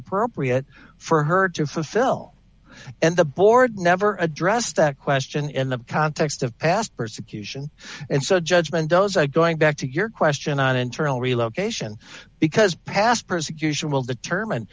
appropriate for her to fulfill and the board never addressed that question in the context of past persecution and so judgment does i going back to your question on internal relocation because past persecution will determine